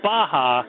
Baja